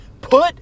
put